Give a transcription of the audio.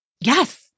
Yes